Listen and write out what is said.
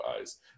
eyes